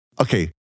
Okay